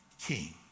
King